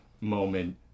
moment